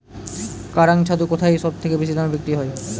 কাড়াং ছাতু কোথায় সবথেকে বেশি দামে বিক্রি হয়?